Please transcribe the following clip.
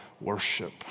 worship